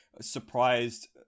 surprised